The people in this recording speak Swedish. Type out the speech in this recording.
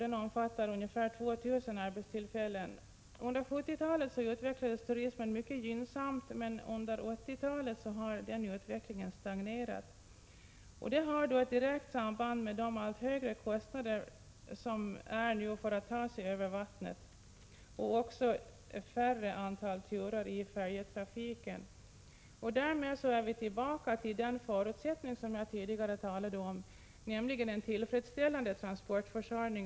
Den omfattar ungefär 2 000 arbetstillfällen. Under 1970-talet utvecklades turismen mycket gynnsamt, men under 1980-talet har denna utveckling stagnerat. Detta har ett direkt samband med de allt högre kostnaderna för att ta sig över vattnet och också det mindre antalet turer i färjetrafiken. Därmed är vi tillbaka till den förutsättning som jag tidigare talade om, nämligen en tillfredsställande transportförsörjning.